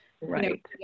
right